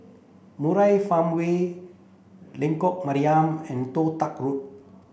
Murai Farmway Lengkok Mariam and Toh Tuck Road